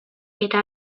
eta